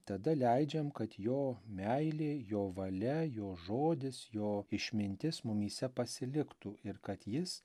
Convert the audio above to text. tada leidžiam kad jo meilė jo valia jo žodis jo išmintis mumyse pasiliktų ir kad jis